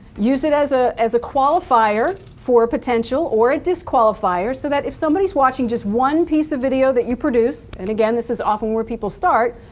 use it as ah as a qualifier for potential or as a disqualifier, so that if somebody's watching just one piece of video that you produce and again this is often where people start,